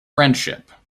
friendship